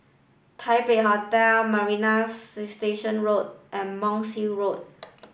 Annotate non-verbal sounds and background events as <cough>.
Taipei Hotel Marina Station Road and Monk's <unintelligible> Road